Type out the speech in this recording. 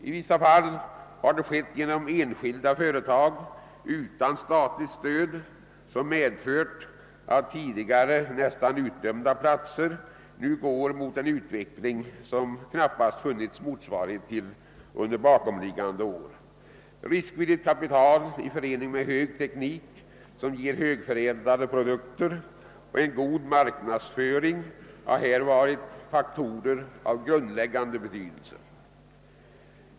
I vissa fall har det skett genom enskilda företag utan statligt stöd, så att tidigare nästan utdömda platser nu går mot en utveckling som det knappast funnit motsvarighet till tidigare år. Riskvilligt kapital i förening med hög teknik, som ger högförädlade produkter, och en god marknadsföring har här varit faktorer av grundläggande betydelse.